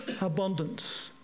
abundance